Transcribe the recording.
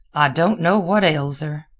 don't know what ails her.